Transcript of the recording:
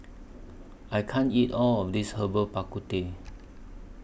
I can't eat All of This Herbal Bak Ku Teh